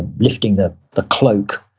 and lifting the the cloak.